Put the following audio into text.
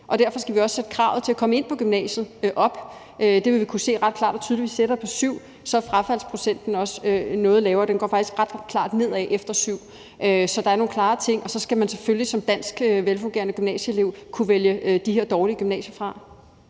Derfor skal vi også sætte kravet til at komme ind på gymnasiet op. Vi vil kunne se ret klart og tydeligt, at hvis vi sætter det til 7, bliver frafaldsprocenten også noget lavere. Den går faktisk ret klart nedad efter 7. Så der er nogle klare ting der. Og så skal man selvfølgelig som dansk velfungerende gymnasieelev kunne vælge de her dårlige gymnasier fra.